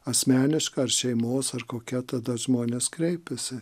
asmeniška ar šeimos ar kokia tada žmonės kreipiasi